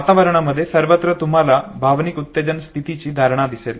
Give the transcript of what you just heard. वातावरणामध्ये सर्वत्र तुम्हाला भावनिक उत्तेजन स्थितीची धारणा दिसेल